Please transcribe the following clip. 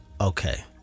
Okay